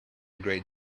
great